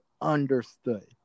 understood